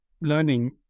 learning